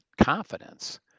confidence